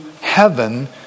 heaven